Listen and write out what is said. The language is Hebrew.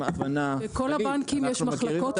עם הבנה --- לכל הבנקים יש מחלקות